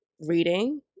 reading